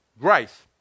Grace